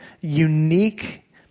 unique